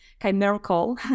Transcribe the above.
chimerical